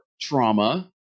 trauma